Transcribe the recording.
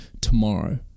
tomorrow